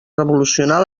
revolucionar